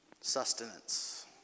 Sustenance